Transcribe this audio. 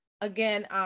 again